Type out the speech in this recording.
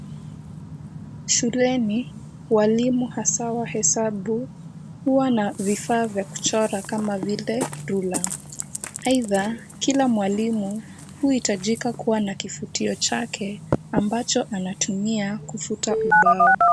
Shuleni walimu hasa wa hesabu huwa na vifaa vya kuchora kama vile rula. Aidha kila mwalimu huhitajika kuwa na kifutio chake ambacho anatumia kufuta ubao.